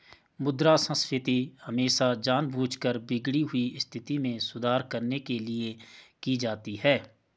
मुद्रा संस्फीति हमेशा जानबूझकर बिगड़ी हुई स्थिति में सुधार करने के लिए की जाती है